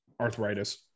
arthritis